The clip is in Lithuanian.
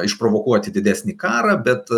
išprovokuoti didesnį karą bet